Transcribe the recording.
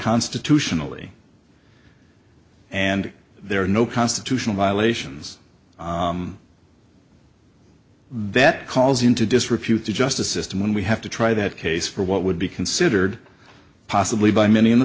constitutionally and there are no constitutional violations that calls into disrepute the justice system when we have to try that case for what would be considered possibly by many in the